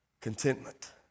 contentment